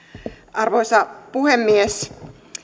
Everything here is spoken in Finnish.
arvoisa puhemies